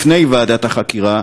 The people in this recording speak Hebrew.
לפני ועדת החקירה,